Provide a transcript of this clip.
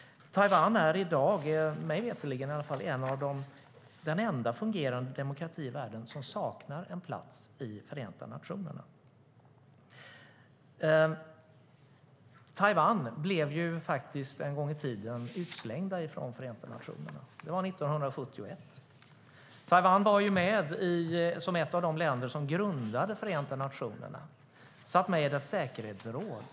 Taiwan är i dag, mig veterligen i alla fall, den enda fungerande demokrati i världen som saknar en plats i Förenta nationerna. Taiwan blev faktiskt en gång i tiden utslängt från Förenta nationerna - det var 1971. Taiwan var med som ett av de länder som grundade Förenta nationerna och satt med i dess säkerhetsråd.